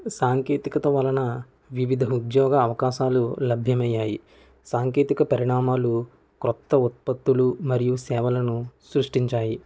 సాంకేతికత వలన వివిధ ఉద్యోగ అవకాశాలు లభ్యమయ్యాయి సాంకేతిక పరిణామాలు క్రొత్త ఉత్పత్తులు మరియు సేవలను సృష్టించాయి